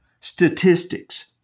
statistics